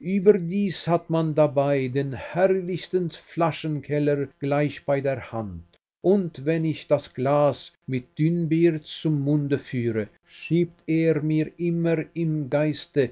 überdies hat man dabei den herrlichsten flaschenkeller gleich bei der hand und wenn ich das glas mit dünnbier zum munde führe schiebt er mir immer im geiste